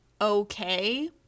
okay